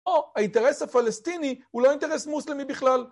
או האינטרס הפלסטיני הוא לא אינטרס מוסלמי בכלל.